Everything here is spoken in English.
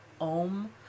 om